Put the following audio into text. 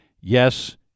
yes